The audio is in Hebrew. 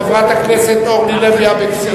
חברת הכנסת אורלי לוי אבקסיס.